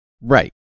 Right